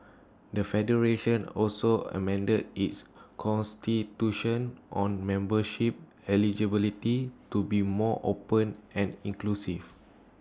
the federation also amended its Constitution on membership eligibility to be more open and inclusive